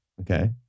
Okay